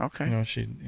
Okay